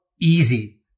easy